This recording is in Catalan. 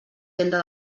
tenda